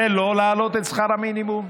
זה לא להעלות את שכר המינימום?